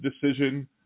decision